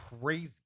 crazy